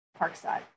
Parkside